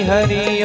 Hari